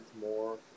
more